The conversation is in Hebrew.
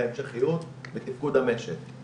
גם המגיבים וגם משרדי הממשלה,